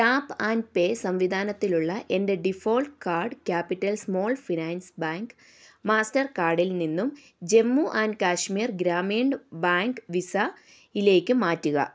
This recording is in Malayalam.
ടാപ്പ് ആൻഡ് പേ സംവിധാനത്തിലുള്ള എൻ്റെ default card Capital Small Finance Bank master കാർഡിൽ നിന്നും ജമ്മു ആൻഡ് കാശ്മീർ ഗ്രാമീൺ ബാങ്ക് വിസയിലേക്ക് മാറ്റുക